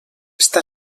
està